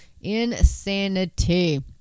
insanity